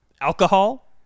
alcohol